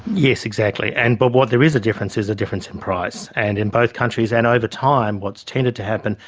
yes, exactly, and but where there is a difference is a difference in price. and in both countries and over time what tended to happen,